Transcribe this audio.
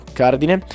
cardine